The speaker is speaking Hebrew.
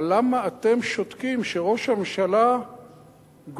אבל למה אתם שותקים כשראש הממשלה גונב